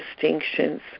distinctions